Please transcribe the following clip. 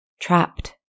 Trapped